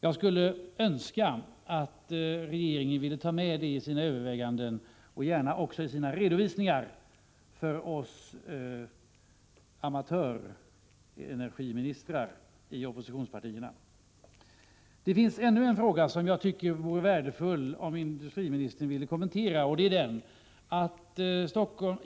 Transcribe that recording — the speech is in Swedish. Jag önskar att regeringen tar med detta i sina överväganden, och gärna också i sina redovisningar för oss ”amatörenergiministrar” i oppositionspartierna. Jag har ytterligare en fråga som det vore värdefullt om industriministern ville kommentera.